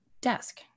desk